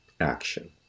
action